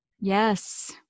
Yes